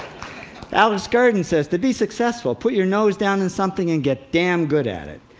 alex garden says, to be successful, put your nose down in something and get damn good at it.